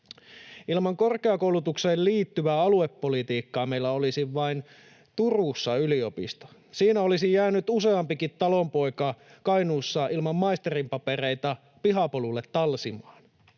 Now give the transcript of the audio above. Ilman korkeakoulutukseen liittyvää aluepolitiikkaa meillä olisi yliopisto vain Turussa. Siinä olisi jäänyt useampikin talonpoika Kainuussa ilman maisterin papereita pihapolulle talsimaan.